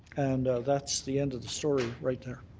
and that's the end of the story right there.